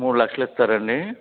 మూడు లక్షలు ఇస్తారా అండి